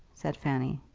said fanny.